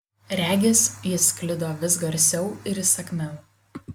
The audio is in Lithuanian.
regis jis sklido vis garsiau ir įsakmiau